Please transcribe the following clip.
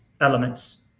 elements